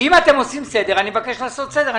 אם אתם עושים סדר, אני מבקש לעשות סדר.